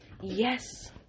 Yes